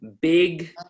big